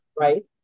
right